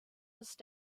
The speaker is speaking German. ist